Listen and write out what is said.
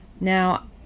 Now